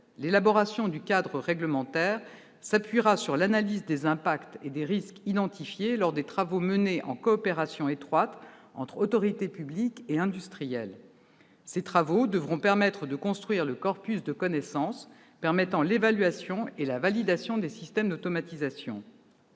L'élaboration du cadre réglementaire se fondera sur l'analyse des impacts et des risques identifiés lors des travaux menés en coopération étroite entre autorités publiques et industriels. Ces travaux devront permettre de construire le corpus de connaissances permettant l'évaluation et la validation des systèmes d'automatisation.